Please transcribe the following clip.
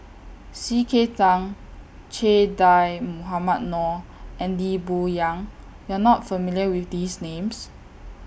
C K Tang Che Dah Mohamed Noor and Lee Boon Yang YOU Are not familiar with These Names